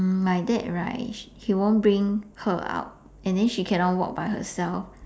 my dad right he he won't bring her out and then she cannot walk by herself